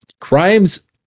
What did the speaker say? Crimes